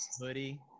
Hoodie